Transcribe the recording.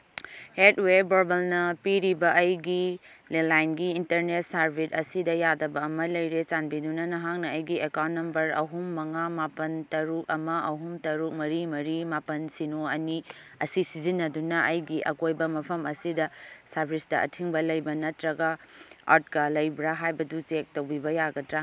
Hathway ꯕꯣꯔꯕꯜꯅ ꯄꯤꯔꯤꯕ ꯑꯩꯒꯤ ꯂꯦꯂꯥꯏꯟꯒꯤ ꯏꯟꯇꯔꯅꯦꯠ ꯁꯥꯔꯚꯤꯁ ꯑꯁꯤꯗ ꯌꯥꯗꯕ ꯑꯃ ꯂꯩꯔꯦ ꯆꯥꯟꯕꯤꯗꯨꯅ ꯅꯍꯥꯛꯅ ꯑꯩꯒꯤ ꯑꯦꯀꯥꯎꯟ ꯅꯝꯕꯔ ꯑꯍꯨꯝ ꯃꯉꯥ ꯃꯥꯄꯟ ꯇꯔꯨꯛ ꯑꯃ ꯑꯍꯨꯝ ꯇꯔꯨꯛ ꯃꯔꯤ ꯃꯔꯤ ꯃꯥꯄꯟ ꯁꯤꯅꯣ ꯑꯅꯤ ꯑꯁꯤ ꯁꯤꯖꯤꯟꯅꯗꯨꯅ ꯑꯩꯒꯤ ꯑꯀꯣꯏꯕ ꯃꯐꯝ ꯑꯁꯤꯗ ꯁꯥꯔꯚꯤꯁꯇ ꯑꯊꯤꯡꯕ ꯂꯩꯕ ꯅꯠꯇ꯭ꯔꯒ ꯑꯥꯎꯠꯀ ꯂꯩꯕ꯭ꯔꯥ ꯍꯥꯏꯕꯗꯨ ꯆꯦꯛ ꯇꯧꯕꯤꯕ ꯌꯥꯒꯗ꯭ꯔꯥ